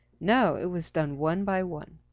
no, it was done one by one.